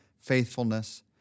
faithfulness